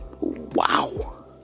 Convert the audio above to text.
wow